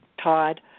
Todd